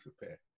repair